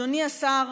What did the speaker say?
אדוני השר,